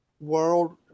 World